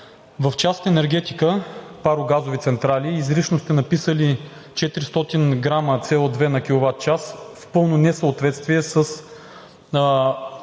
В част „Енергетика“ – парогазови централи, изрично сте написали 400 грама СО 2 на киловат час в пълно несъответствие с